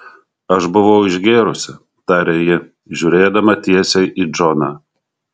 aš buvau išgėrusi tarė ji žiūrėdama tiesiai į džoną